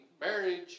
marriage